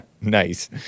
Nice